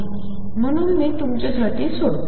म्हणून मी ते तुमच्यासाठी सोडतो